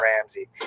Ramsey